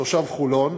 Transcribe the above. תושב חולון,